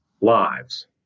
lives